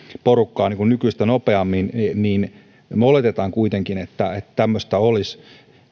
porukkaa nykyistä nopeammin me oletamme kuitenkin että tämmöistä olisi